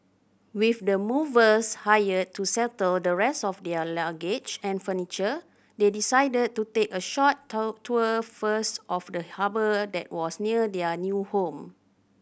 with the movers hired to settle the rest of their luggage and furniture they decided to take a short toe tour first of the harbour that was near their new home